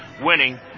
winning